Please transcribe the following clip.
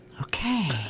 Okay